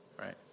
right